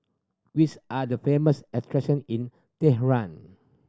which are the famous attraction in Tehran